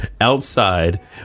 outside